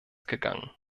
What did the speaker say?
gegangen